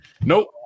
Nope